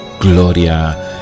¡Gloria